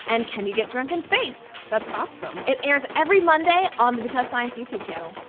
and can you get drunk in space? that's awesome. it airs every monday on the because science youtube channel.